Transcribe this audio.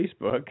Facebook